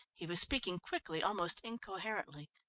he was speaking quickly, almost incoherently.